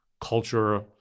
culture